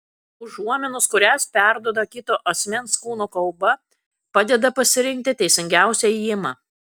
užuominos kurias perduoda kito asmens kūno kalba padeda pasirinkti teisingiausią ėjimą